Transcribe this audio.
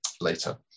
later